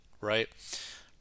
right